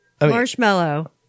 Marshmallow